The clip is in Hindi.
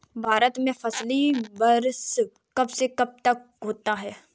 भारत में फसली वर्ष कब से कब तक होता है?